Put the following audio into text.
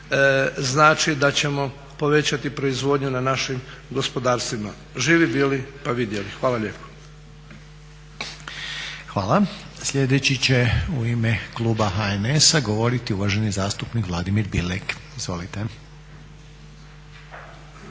znači da ćemo povećati proizvodnju na našim gospodarstvima. Živi bili pa vidjeli. Hvala lijepo. **Reiner, Željko (HDZ)** Hvala. Sljedeći će u ime Kluba HNS-a govoriti uvaženi zastupnik Vladimir Bilek. Izvolite.